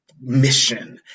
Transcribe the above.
mission